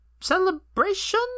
celebration